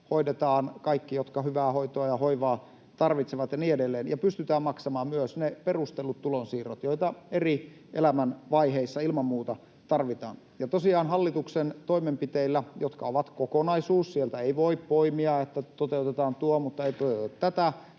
hoidetaan kaikki, jotka hyvää hoitoa ja hoivaa tarvitsevat ja niin edelleen — ja pystytään maksamaan myös ne perustellut tulonsiirrot, joita eri elämänvaiheissa ilman muuta tarvitaan. Ja tosiaan hallituksen toimenpiteillä — jotka ovat kokonaisuus: sieltä ei voi poimia, että toteutetaan tuo, mutta ei tuoteta tätä